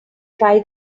try